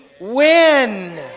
win